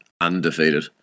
undefeated